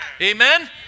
Amen